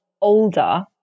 older